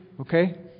okay